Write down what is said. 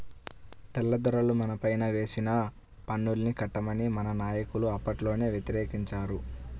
తెల్లదొరలు మనపైన వేసిన పన్నుల్ని కట్టమని మన నాయకులు అప్పట్లోనే వ్యతిరేకించారు